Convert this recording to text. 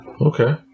Okay